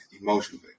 emotionally